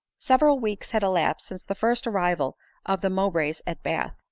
several weeks had elapsed since the first arrival of the mowbrays at bath,